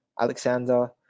Alexander